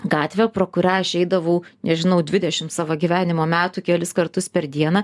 gatvė pro kurią aš eidavau nežinau dvidešim savo gyvenimo metų kelis kartus per dieną